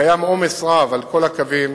קיים עומס רב על כל הקווים,